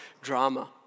drama